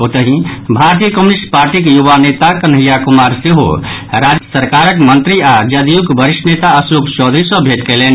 ओतहि भारतीय कम्युनिस्ट पार्टीक युवा नेता कन्हैया कुमार सेहो राज्य सरकारक मंत्री आ जदयूक वरिष्ठ नेता अशोक चौधरी सॅ भेंट कयलनि